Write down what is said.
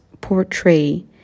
portray